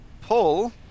pull